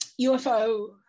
UFO